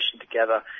together